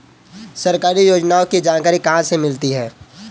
सरकारी योजनाओं की जानकारी कहाँ से मिलती है?